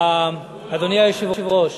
אדוני היושב-ראש,